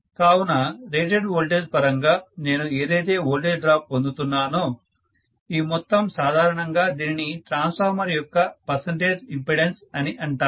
కావున rated voltage పరంగా నేను ఏదైతే వోల్టేజ్ డ్రాప్ పొందుతున్నానో ఈ మొత్తం సాధారణంగా దీనిని ట్రాన్సఫార్మెర్ యొక్క పర్సెంటేజ్ ఇంపెడెన్స్ అని అంటాము